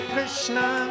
Krishna